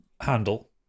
handle